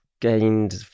Gained